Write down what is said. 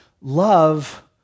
love